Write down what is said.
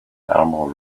thermal